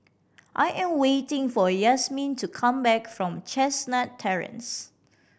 I am waiting for Yazmin to come back from Chestnut Terrace